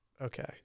Okay